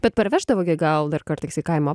bet parveždavo gi gal dar kartais į kaimą